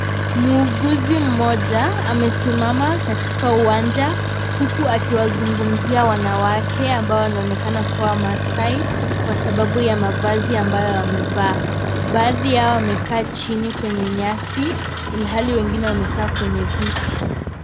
Muuguzi mmoja amesimama katika uwanja huku akiwazungumzia wanawake ambao ni wamaasai kwa sababu ya mavazi ambayo wamevaa. Baadhi yao wamekaa chini kwenye nyasi ilhali mwingine wamekaa kwenye viti.